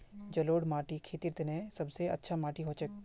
जलौढ़ माटी खेतीर तने सब स अच्छा माटी हछेक